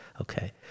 Okay